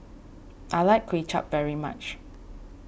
I like Kuay Chap very much